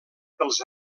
pels